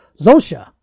Zosha